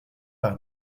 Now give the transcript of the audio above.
par